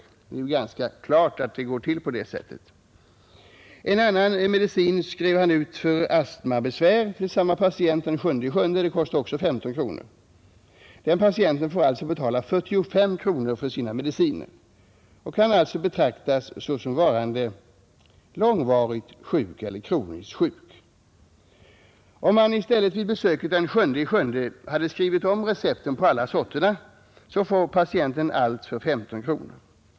Det är ganska klart att det går till på det sättet. För astmabesvär skrevs den 7 juli ut en annan medicin till samma patient. Det kostade också 15 kronor. Den patienten får alltså betala 45 kronor för sina mediciner, och han kan betraktas som långvarigt sjuk. Om läkaren i stället vid besöket den 7 juli skrivit om recepten på alla sorterna, skulle patienten få allt för 15 kronor.